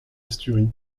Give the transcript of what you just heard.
asturies